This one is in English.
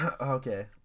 okay